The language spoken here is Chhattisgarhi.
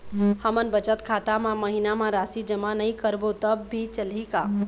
हमन बचत खाता मा महीना मा राशि जमा नई करबो तब भी चलही का?